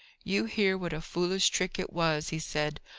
you hear what a foolish trick it was, he said.